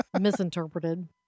misinterpreted